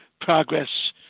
progress